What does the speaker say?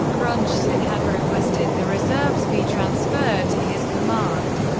rundstedt had requested the reserves be transferred to his command.